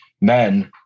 men